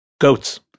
Goats